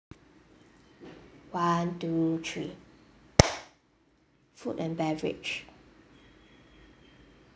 one two three food and beverage